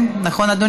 תומכת.